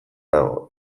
dago